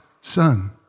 Son